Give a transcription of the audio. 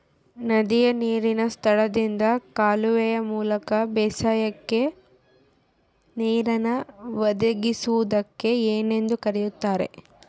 ನದಿಯ ನೇರಿನ ಸ್ಥಳದಿಂದ ಕಾಲುವೆಯ ಮೂಲಕ ಬೇಸಾಯಕ್ಕೆ ನೇರನ್ನು ಒದಗಿಸುವುದಕ್ಕೆ ಏನೆಂದು ಕರೆಯುತ್ತಾರೆ?